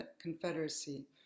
Confederacy